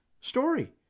story